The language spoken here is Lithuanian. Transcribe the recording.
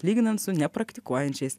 lyginant su nepraktikuojančiais